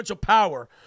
power